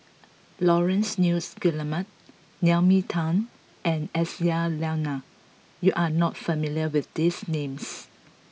Laurence Nunns Guillemard Naomi Tan and Aisyah Lyana you are not familiar with these names